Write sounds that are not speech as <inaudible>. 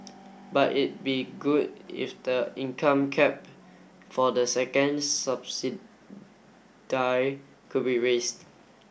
but it be good if the income cap for the second <unintelligible> could be raised